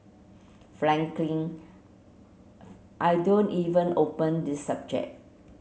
frankly I don't even open this subject